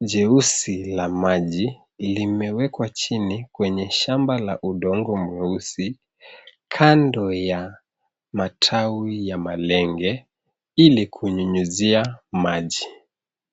jeusi la maji limewekwa chini kwenye shamba la udongo mweusi kando ya matawi ya malenge ili kunyunyizia maji.